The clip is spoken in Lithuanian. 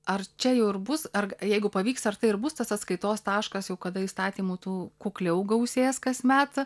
ar čia jau ir bus ar jeigu pavyks ar tai ir bus tas atskaitos taškas jau kada įstatymų tų kukliau gausės kasmet